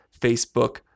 Facebook